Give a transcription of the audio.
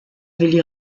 willi